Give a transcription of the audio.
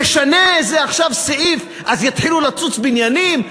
תשנה עכשיו איזה סעיף אז יתחילו לצוץ בניינים?